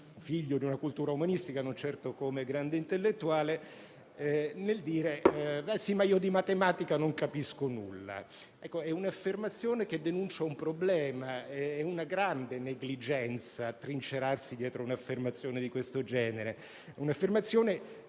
figlio di una cultura umanistica, non certo come grande intellettuale - di non capire nulla di matematica. È un'affermazione che denuncia un problema; è una grande negligenza trincerarsi dietro un'affermazione di questo genere,